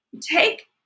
Take